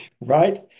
right